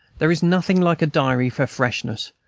there is nothing like a diary for freshness,